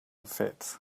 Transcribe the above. fate